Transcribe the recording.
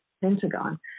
Pentagon